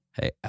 Hey